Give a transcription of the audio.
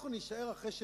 אנחנו נישאר אחרי שנאמנו,